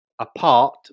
apart